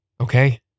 okay